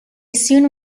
soon